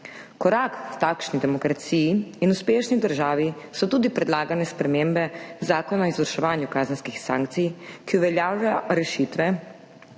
Korak k takšni demokraciji in uspešni državi so tudi predlagane spremembe Zakona o izvrševanju kazenskih sankcij, ki uveljavljajo rešitve,